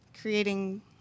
creating